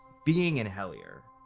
being in hellier,